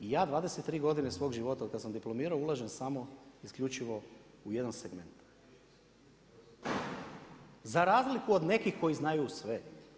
Ja 23 godine svog života od kad sam diplomirao ulažem samo isključivo u jedan segment za razliku od nekih koji znaju sve.